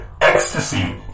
ecstasy